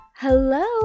Hello